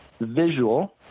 visual